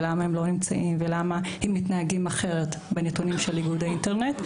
מדוע הם לא נמצאים ומדוע הם מתנהגים אחרת בנתונים של ייעודי אינטרנט.